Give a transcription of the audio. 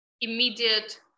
immediate